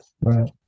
Right